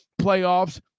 playoffs